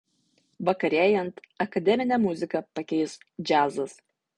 vakarėjant akademinę muziką pakeis džiazas